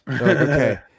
Okay